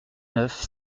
neuf